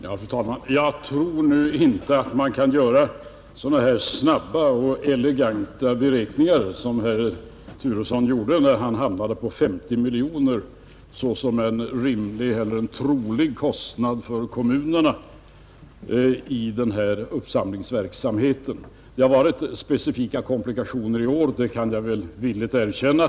Fru talman! Jag tror nu inte att man kan göra så snabba och eleganta beräkningar som den herr Turesson gjorde, när han hamnade på 50 miljoner kronor såsom en trolig kostnad för kommunerna i samband med den här insamlingsverksamheten. Att det har varit specifika komplikationer i år kan jag väl villigt erkänna.